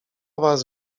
was